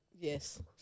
Yes